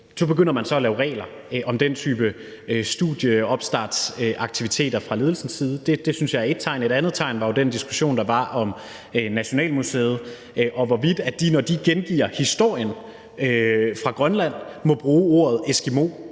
Så begynder man så at lave regler om den type studieopstartsaktiviteter fra ledelsens side. Det synes jeg er ét tegn. Et andet tegn var jo den diskussion, der var om Nationalmuseet, og hvorvidt de, når de gengiver historien fra Grønland, må bruge ordet eskimo